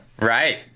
Right